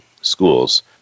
schools